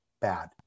bad